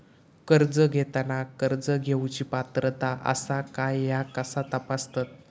कर्ज घेताना कर्ज घेवची पात्रता आसा काय ह्या कसा तपासतात?